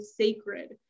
sacred